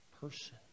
person